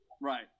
right